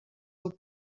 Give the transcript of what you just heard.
del